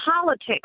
politics